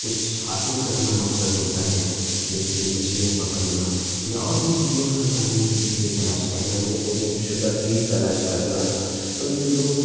کچھ حاصل کرنا مقصد ہوتا ہے جیسے کہ مچھلیاں پکڑنا یا اور بھی دیگر خزانے کی چیزیں تلاش کرنا یا کوئی گم شدہ چیز تلاش کرنا تو یہ لوگ